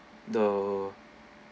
the